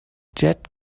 jet